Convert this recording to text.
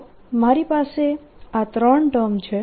તો મારી પાસે આ ત્રણ ટર્મ છે